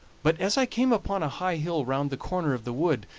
but as i came upon a high hill round the corner of the wood,